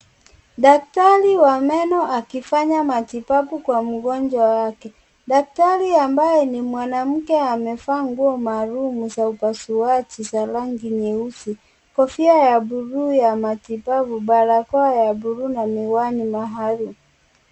Daktari wa meno akifanya matibabu kwa mgonjwa wake. Daktari ambaye ni mwanamke amevaa nguo maalum za upasuaji za rangi nyeusi, kofia ya buluu ya matibabu, barakoa ya buluu na miwani maalum.